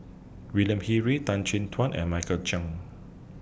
William He Read Tan Chin Tuan and Michael Chiang